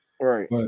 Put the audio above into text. right